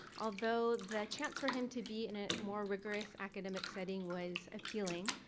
although the chance for him to be in a more rigorous academic setting was appealing.